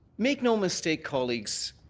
make no mistake, colleagues,